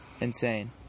Insane